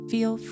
Feel